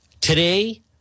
today